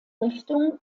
richtung